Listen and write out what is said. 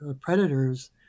predators